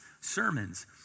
sermons